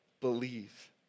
believe